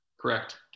Correct